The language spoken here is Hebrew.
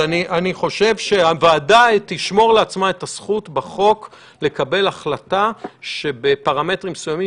אני חושב שהועדה יכולה לקבל את ההחלטה בפרוצדורה אחרת.